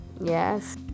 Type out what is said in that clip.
Yes